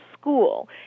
school